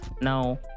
Now